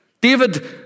David